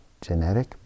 Genetic